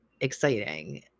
exciting